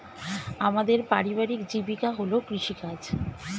আমাদের পারিবারিক জীবিকা হল কৃষিকাজ